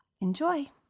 Enjoy